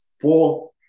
four